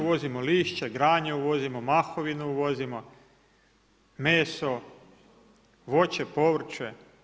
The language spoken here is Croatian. Uvozimo lišće, granje uvozimo, mahovinu uvozimo, meso, voće, povrće.